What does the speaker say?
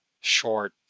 short